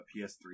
PS3